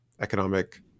economic